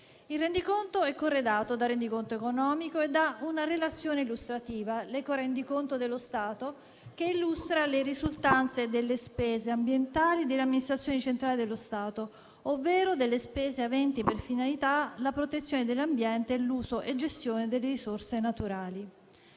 Il rendiconto è corredato dal rendiconto economico e da una relazione illustrativa, l'ecorendiconto dello Stato, che illustra le risultanze delle spese ambientali delle amministrazioni centrali dello Stato, ovvero delle spese aventi per finalità la protezione dell'ambiente e l'uso e la gestione delle risorse naturali.